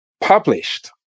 published